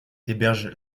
héberge